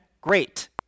Great